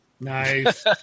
Nice